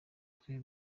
twe